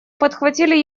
подхватили